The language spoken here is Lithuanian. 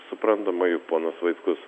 suprantama juk ponas vaitkus